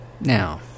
Now